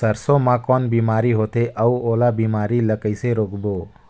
सरसो मा कौन बीमारी होथे अउ ओला बीमारी ला कइसे रोकबो?